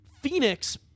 Phoenix